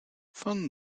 fun